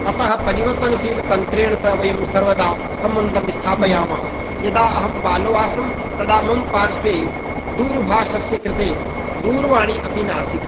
अतः परिवर्तनशीलतन्त्रेण सह वयं सर्वदा सम्बन्धं स्थापयामः यदा अहं बालो आसं तदा मम पार्श्वे दूरभाषस्य कृते दूरवाणी अपि नासीत्